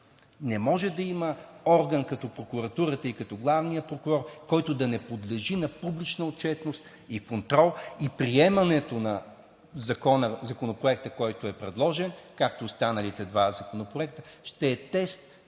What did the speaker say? Не може да има орган, като прокуратурата и като главния прокурор, който да не подлежи на публична отчетност и контрол, и приемането на Законопроекта, който е предложен, както останалите два законопроекта, ще е тест